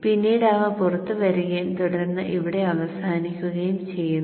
പിന്നീട് അവ പുറത്തുവരുകയും തുടർന്ന് ഇവിടെ അവസാനിക്കുകയും ചെയ്യുന്നു